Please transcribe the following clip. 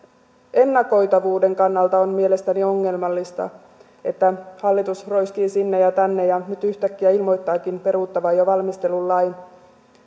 ennakoitavuuden kannalta on mielestäni ongelmallista että hallitus roiskii sinne ja tänne ja nyt yhtäkkiä ilmoittaakin peruuttavansa jo valmistellun lain myös